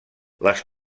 les